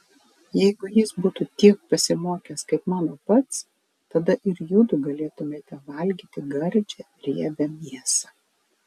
jeigu jis būtų tiek pasimokęs kaip mano pats tada ir judu galėtumėte valgyti gardžią riebią mėsą